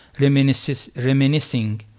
reminiscing